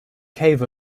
cave